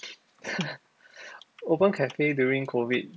open cafe during COVID